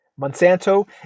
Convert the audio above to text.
Monsanto